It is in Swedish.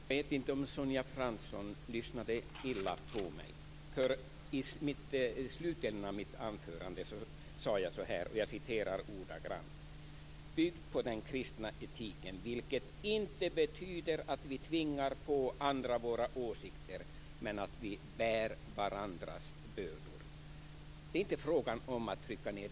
Herr talman! Jag vet inte om Sonja Fransson lyssnade illa på mig. I slutändan av mitt anförande sade jag så här om vår politik: "byggd på den kristna etiken, vilket inte betyder att vi tvingar på andra våra åsikter men att vi bär varandras bördor". Det är inte fråga om att trycka ned.